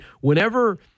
whenever –